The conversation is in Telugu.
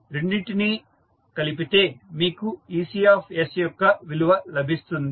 మీరు రెండింటినీ కలిపితే మీకు Ecయొక్క విలువ లభిస్తుంది